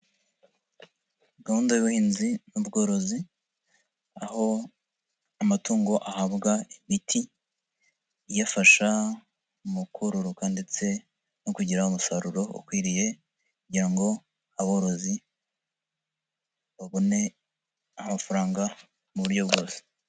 Gahunda y'ubuhinzi n'ubworozi aho amatungo ahabwa imiti iyafasha mu kororoka ndetse no kugira umusaruro ukwiriye kugira ngo aborozi babone amafaranga mu buryo bwose.